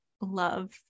love